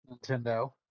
nintendo